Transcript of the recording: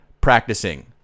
practicing